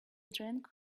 drank